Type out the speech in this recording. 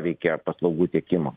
veikia paslaugų tiekimo